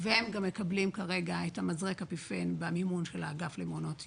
והם גם מקבלים כרגע מזרק אפיפן במימון האגף למעונות יום.